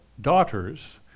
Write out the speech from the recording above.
daughters